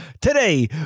Today